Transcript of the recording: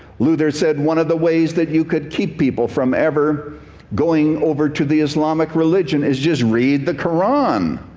luther said one of the ways that you can keep people from ever going over to the islamic religion is just read the quran.